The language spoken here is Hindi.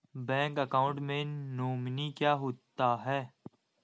बैंक अकाउंट में नोमिनी क्या होता है?